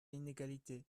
l’inégalité